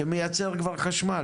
שכבר מייצר חשמל,